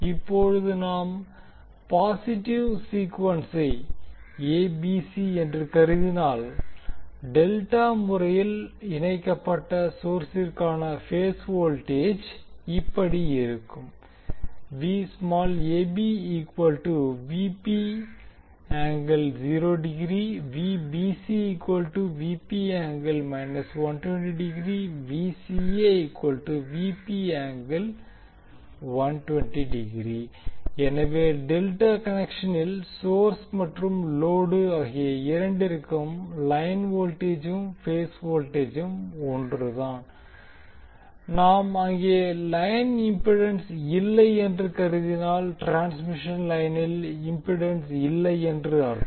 இப்போது நாம் பாசிட்டிவ் சீக்குவென்ஸை A B C A B C என்று கருதினால் டெல்டா டெல்டாமுறையில் இணைக்கப்பட்ட சோர்சிற்கான பேஸ் வோல்டேஜ் இப்படி இருக்கும் எனவே டெல்டா கனெக்ஷனில் சோர்ஸ் மற்றும் லோடு ஆகிய இரண்டிற்கும் லைன் வோல்ட்டேஜும் பேஸ் வோல்ட்டேஜும் ஒன்றுதான் நாம் அங்கே லைன் இம்பிடன்ஸ் இல்லை என்று கருதினால் டிரான்ஸ்மிஷன் லைனில் இம்பிடன்ஸ் இல்லை என்று அர்த்தம்